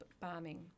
bombing